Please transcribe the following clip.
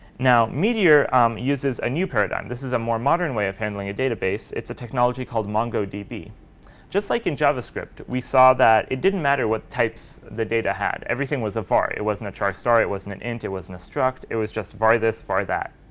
now, meteor uses a new paradigm. this is a more modern way of handling a database. it's a technology called mongodb. just like in javascript, we saw that it didn't matter what types the data had. everything was a var. it wasn't a charstar. it wasn't an int. it wasn't a struct. it was just var this, var that.